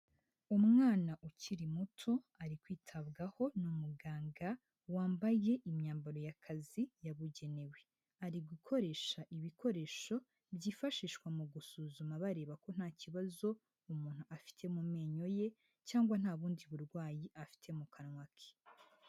Umwana ukiri muto ari kwitabwaho n'umuganga wambaye imyambaro y'akazi yabugenewe, ari gukoresha ibikoresho byifashishwa mu gusuzuma bareba ko nta kibazo umuntu afite mu menyo ye cyangwa nta bundi burwayi afite mu kanwa ke.